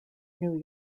new